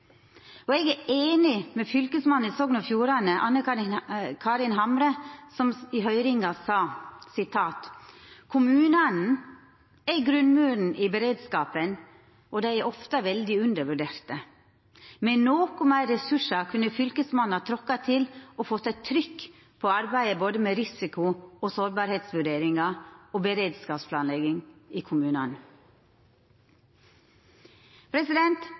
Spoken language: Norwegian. rolle. Eg er einig med fylkesmannen i Sogn og Fjordane, Anne Karin Hamre, som i høyringa sa: «Kommunane er grunnmuren i beredskapen, og dei er ofte veldig undervurderte. Med noko meir ressursar kunne Fylkesmannen ha tråkka til og fått trykk på arbeidet med både risiko- og sårbarheitsvurderingar og beredskapsplanlegging i kommunane.»